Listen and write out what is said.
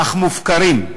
אך מופקרים.